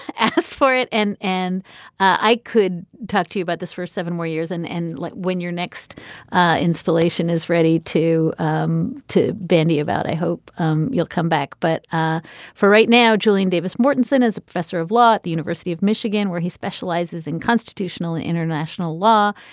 asked for it and and i could talk to you about this for seven more years and and like when your next installation is ready to um to bandy about i hope um you'll come back. but ah for right now julian davis mortensen is a professor of law at the university of michigan where he specializes in constitutional and international law.